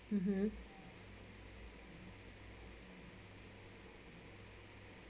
mmhmm